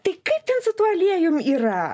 tai kaip ten su tuo aliejum yra